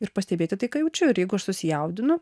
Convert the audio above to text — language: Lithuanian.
ir pastebėti tai ką jaučiu ir jeigu aš susijaudinu